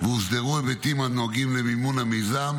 והוסדרו ההיבטים הנוגעים למימון המיזם,